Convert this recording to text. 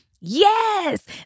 Yes